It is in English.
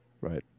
Right